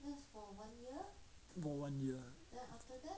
no one year